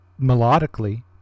Melodically